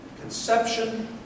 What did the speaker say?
Conception